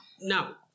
Now